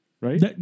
Right